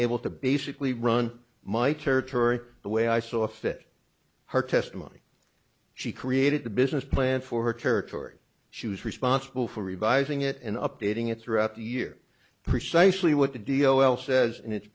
able to basically run my territory the way i saw fit her testimony she created a business plan for her territory she was responsible for revising it and updating it throughout the year precisely what the d l l says in it